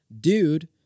dude